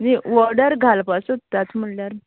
न्ही वाॅर्डर घालपा सोदतात म्हणल्यार